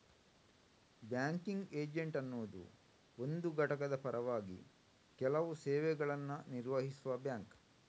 banking agent ಅನ್ನುದು ಒಂದು ಘಟಕದ ಪರವಾಗಿ ಕೆಲವು ಸೇವೆಗಳನ್ನ ನಿರ್ವಹಿಸುವ ಬ್ಯಾಂಕ್